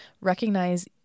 recognize